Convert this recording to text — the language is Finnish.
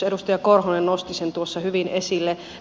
edustaja korhonen nosti sen tuossa hyvin esille